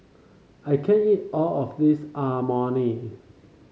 I can't eat all of this Imoni